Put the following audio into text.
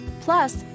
Plus